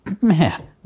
Man